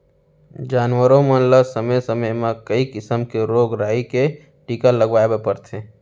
जानवरों मन ल समे समे म कई किसम के रोग राई के टीका लगवाए बर परथे